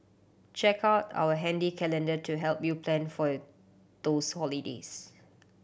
check out our handy calendar to help you plan for those holidays